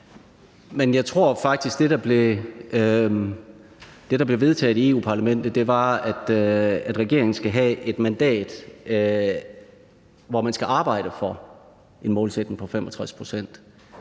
Jeg tror faktisk, at det, der blev vedtaget i EU-Parlamentet, var, at regeringen skal have mandat til at arbejde for en målsætning på 65 pct.,